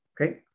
Okay